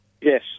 Yes